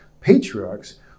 patriarchs